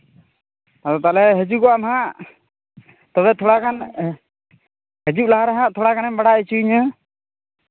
ᱟᱫᱚ ᱛᱟᱦᱞᱮ ᱦᱤᱡᱩᱜᱚᱜᱼᱟᱢ ᱦᱟᱸᱜ ᱛᱚᱵᱮ ᱛᱷᱚᱲᱟᱜᱟᱱ ᱦᱤᱡᱩᱜ ᱞᱟᱦᱟ ᱨᱮᱦᱟᱸᱜ ᱛᱷᱚᱲᱟ ᱜᱟᱱᱮᱢ ᱵᱟᱲᱟᱭ ᱦᱚᱪᱚᱭᱤᱧᱟ